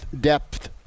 depth